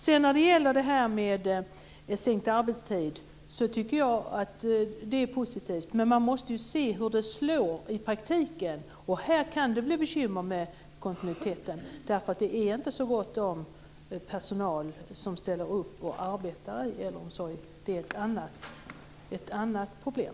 Sedan tycker jag att det är positivt med sänkt arbetstid, men man måste ju se hur den slår i praktiken. Här kan det bli bekymmer med kontinuiteten, därför att det är inte så gott om personal som ställer upp och arbetar i äldreomsorgen. Det är ett annat problem.